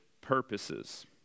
purposes